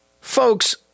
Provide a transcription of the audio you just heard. folks